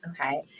Okay